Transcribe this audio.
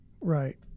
right